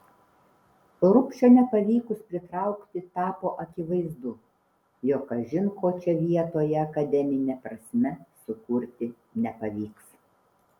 rubšio nepavykus pritraukti tapo akivaizdu jog kažin ko čia vietoje akademine prasme sukurti nepavyks